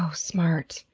ah smart.